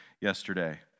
yesterday